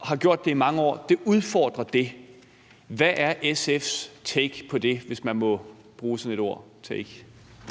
og har gjort det i mange år. Det udfordrer det. Hvad er SF's take på det, hvis man må bruge sådan et ord som